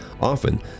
Often